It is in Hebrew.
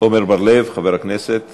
חבר הכנסת